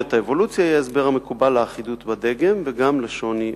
תיאוריית האבולוציה היא ההסבר המקובל לאחידות בדגם וגם לשוני בצורה".